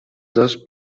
does